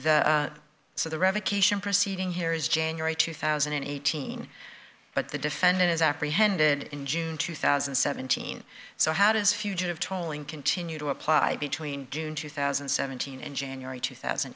the so the revocation proceeding here is january two thousand and eighteen but the defendant is apprehended in june two thousand and seventeen so how does fugitive tolling continue to apply between june two thousand and seventeen in january two thousand